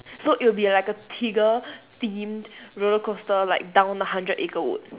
so it would be like a tigger themed roller coaster like down a hundred acre woods